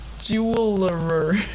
jeweler